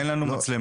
אין לנו מצלמות.